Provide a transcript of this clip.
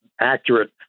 accurate